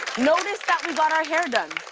notice that we got our hair done.